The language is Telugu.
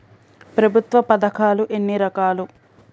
ప్రభుత్వ పథకాలు ఎన్ని రకాలు?